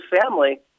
family